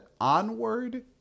Onward